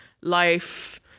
life